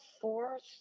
fourth